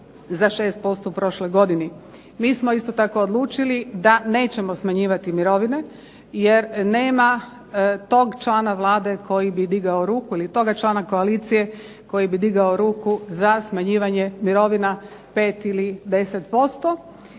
za 6% u prošloj godini. Mi smo isto tako odlučili da nećemo smanjivati mirovine jer nema tog člana Vlade koji bi digao ruku ili toga člana koalicije koji bi digao ruku za smanjivanje mirovina 5 ili 10%.